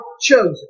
chosen